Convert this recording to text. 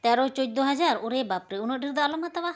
ᱛᱮᱨᱚ ᱪᱳᱫᱽᱫᱚ ᱦᱟᱡᱟᱨ ᱳᱨᱮ ᱵᱟᱯᱨᱮ ᱩᱱᱟᱹᱜ ᱰᱷᱮᱨᱫᱚ ᱟᱞᱚᱢ ᱦᱟᱛᱟᱣᱟ